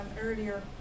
earlier